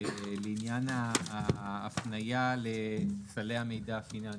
לעניין ההפניה לסלי המידע הפיננסי.